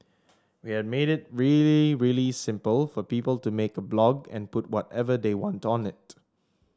we are made it really really simple for people to make a blog and put whatever they want on it